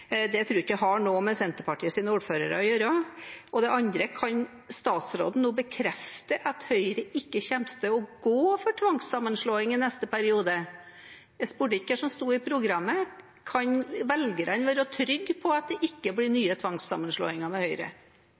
det er Høyre som styrer der. Det tror jeg ikke har noe med Senterpartiets ordførere å gjøre. Det andre spørsmålet er: Kan statsråden nå bekrefte at Høyre ikke kommer til å gå for tvangssammenslåing i neste periode? Jeg spurte ikke om hva som står i programmet. Kan velgerne være trygge på at det ikke blir nye